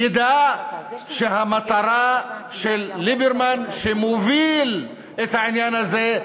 יֵדע שהמטרה של ליברמן, שמוביל את העניין הזה,